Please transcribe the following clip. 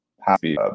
happy